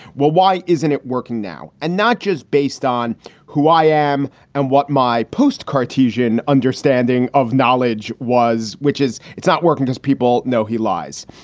well, why isn't it working now? and not just based on who i am and what my post cartesian understanding of knowledge was, which is it's not working as people know he lies.